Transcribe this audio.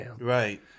Right